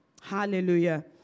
Hallelujah